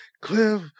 Cliff